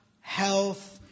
health